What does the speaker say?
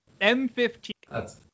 M15